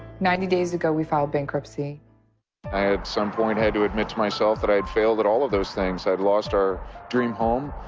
ninety days ago we filed bankruptcy. doug i, at some point, had to admit to myself that i had failed at all of those things. i'd lost our dream home,